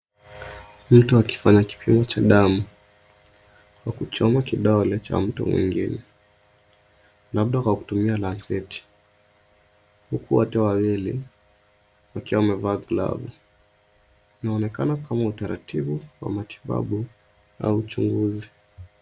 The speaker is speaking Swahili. Mtu akifanya kipimo cha damu kwa kuchoma kidole cha mtu mwingine labda kwa kutumia lanseti huku wote wawili wakiwa wamevaa glavu. Inaonekana kama utaratibu wa matibabu au uchunguzi.